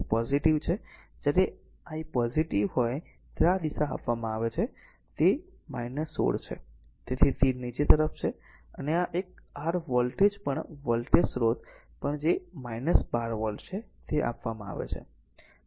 તેથી આ પોઝીટીવ છે જ્યારે I પોઝીટીવ હોય ત્યારે આ દિશા આપવામાં આવે છે તે 16 છે તેથી તીર નીચે તરફ છે અને આ એક r વોલ્ટેજ પણ વોલ્ટેજ સ્રોત પણ જે 12 વોલ્ટ છે તે આપવામાં આવે છે